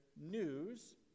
news